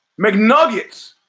McNuggets